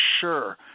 sure